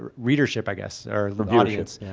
readership, i guess, or audience.